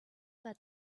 that